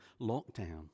lockdown